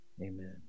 amen